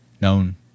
known